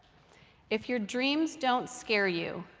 if your dreams don't scare you,